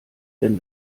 denn